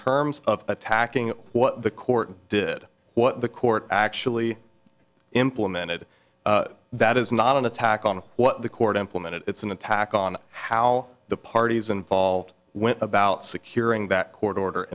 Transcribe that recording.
terms of attacking what the court did what the court actually implemented that is not an attack on what the court implemented it's an attack on how the parties involved went about securing that court order